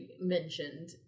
mentioned